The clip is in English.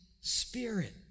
spirit